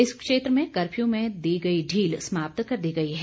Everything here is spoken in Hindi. इस क्षेत्र में कर्फ्यू में दी गई ढील समाप्त कर दी गई है